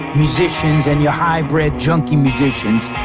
musicians, and your high-bred junkie musicians.